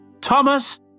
Thomas